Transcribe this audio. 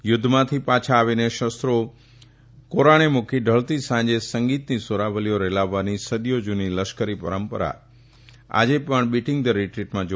યુધ્ધમાંથી પાછા આવીને શસ્ત્રો પુરાને મુકી ઢળતી સાંજે સંગીતની સુવાલીઓ રેલાવવાની સદીઓ જુની લશ્કરી પરંપરા આજેપણ બીટીંગ ધ રીટ્રીટમાં જોવા મળે છે